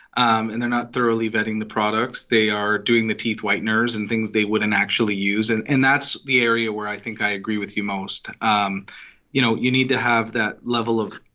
um and they're not thoroughly vetting the products. they are doing the teeth whiteners and things they wouldn't actually use. and and that's the area where i think i agree with you most um you know, you need to have that level of